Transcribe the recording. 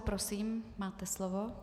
Prosím, máte slovo.